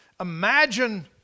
imagine